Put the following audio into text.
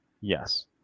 Yes